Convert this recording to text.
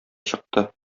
чыкты